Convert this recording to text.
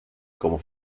como